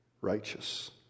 righteous